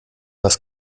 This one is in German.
was